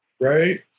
right